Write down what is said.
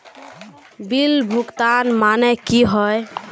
Bill भुगतान माने की होय?